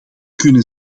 kunnen